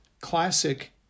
classic